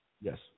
Yes